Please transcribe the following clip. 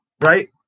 right